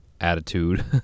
attitude